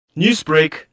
Newsbreak